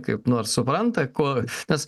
kaip nors supranta ko tas